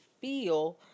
feel